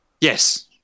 Yes